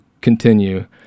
continue